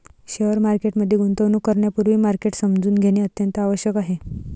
share market मध्ये गुंतवणूक करण्यापूर्वी मार्केट समजून घेणे अत्यंत आवश्यक आहे